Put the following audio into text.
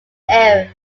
error